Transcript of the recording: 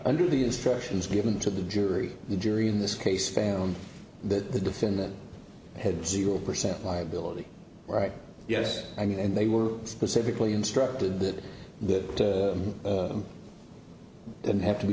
under the instructions given to the jury the jury in this case fan that the defendant had zero percent liability right yes i mean and they were specifically instructed that that didn't have to be